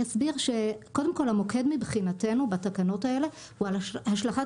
קודם כל המוקד מבחינתנו בתקנות האלה הוא על השלכת